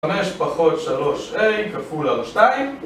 חמש פחות שלוש a כפול r שתיים.